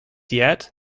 yet